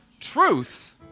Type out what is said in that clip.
truth